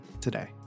today